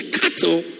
cattle